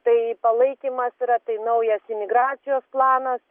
tai palaikymas yra tai naujas imigracijos planas